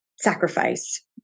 sacrifice